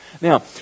Now